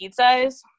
pizzas